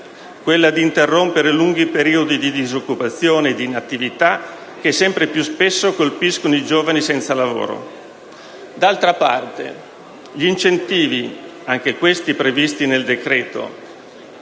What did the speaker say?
quella di interrompere i lunghi periodi di disoccupazione e di inattivita, che sempre piuspesso colpiscono i giovani senza lavoro. D’altra parte, gli incentivi che vogliono